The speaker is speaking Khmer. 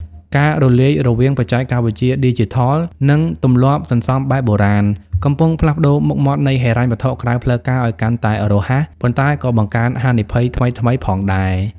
ការរលាយរវាង "បច្ចេកវិទ្យាឌីជីថល" និង "ទម្លាប់សន្សំបែបបុរាណ" កំពុងផ្លាស់ប្តូរមុខមាត់នៃហិរញ្ញវត្ថុក្រៅផ្លូវការឱ្យកាន់តែរហ័ស ប៉ុន្តែក៏បង្កើនហានិភ័យថ្មីៗផងដែរ។